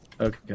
Okay